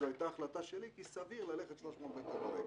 זו הייתה החלטה שלי כי סביר ללכת 300 מטר ברגל.